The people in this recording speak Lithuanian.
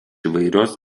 įvairios